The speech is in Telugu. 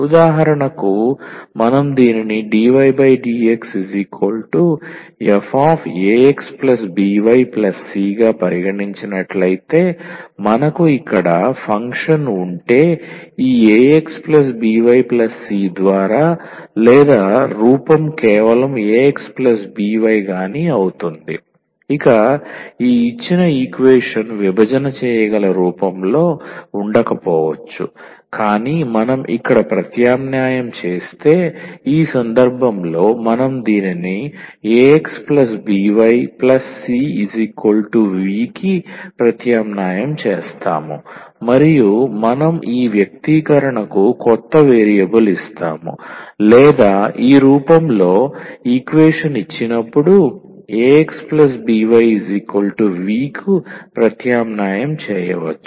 ఉదాహరణకు మనం దీనిని dydxfaxbyc గా పరిగణించినట్లయితే మనకు ఇక్కడ ఫంక్షన్ ఉంటే ఈ 𝑎𝑥 𝑏𝑦 𝑐 ద్వారా లేదా రూపం కేవలం 𝑎𝑥 𝑏𝑦 గాని అవుతుంది ఇక ఈ ఇచ్చిన ఈక్వేషన్ విభజన చేయగల రూపంలో ఉండకపోవచ్చు కాని మనం ఇక్కడ ప్రత్యామ్నాయం చేస్తే ఈ సందర్భంలో మనం దీనిని 𝑎𝑥 𝑏𝑦 𝑐 𝑣 కి ప్రత్యామ్నాయం చేస్తాము మరియు మనం ఈ వ్యక్తీకరణకు కొత్త వేరియబుల్ ఇస్తాము లేదా ఈ రూపంలో ఈక్వేషన్ ఇచ్చినప్పుడు 𝑎𝑥 𝑏𝑦 𝑣 కు ప్రత్యామ్నాయం చేయవచ్చు